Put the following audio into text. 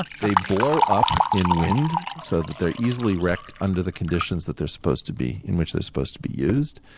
they blow up in wind so that they're easily wrecked under the conditions that they're supposed to be in which they're supposed to be used.